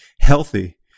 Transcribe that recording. healthy